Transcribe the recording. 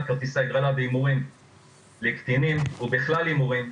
כרטיסי הגרלה בהימורים לקטינים או בכלל הימורים,